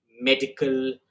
medical